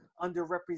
underrepresented